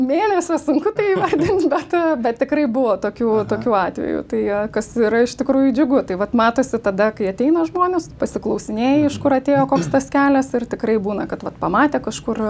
mėnesio sunku tai įvardint bet bet tikrai buvo tokių tokių atvejų tai kas yra iš tikrųjų džiugu tai vat matosi tada kai ateina žmonės pasiklausinėji iš kur atėjo koks tas kelias ir tikrai būna kad vat pamatė kažkur